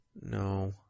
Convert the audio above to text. no